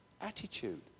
attitude